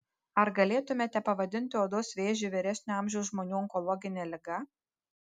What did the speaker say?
ar galėtumėte pavadinti odos vėžį vyresnio amžiaus žmonių onkologine liga